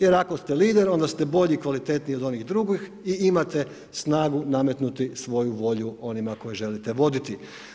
Jer ako ste lider, onda ste bolji, kvalitetniji od onih drugih i imate snagu nametnuti svoju volju onima koje želite voditi.